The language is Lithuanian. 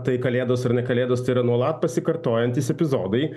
tai kalėdos ar ne kalėdos tai yra nuolat pasikartojantys epizodai